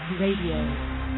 Radio